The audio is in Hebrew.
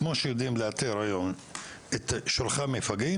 כמו שיודעים היום לאתר את שולחי המפגעים,